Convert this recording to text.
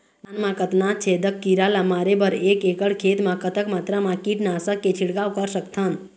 धान मा कतना छेदक कीरा ला मारे बर एक एकड़ खेत मा कतक मात्रा मा कीट नासक के छिड़काव कर सकथन?